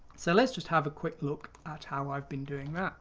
so let's just have a quick look at how i've been doing